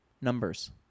Numbers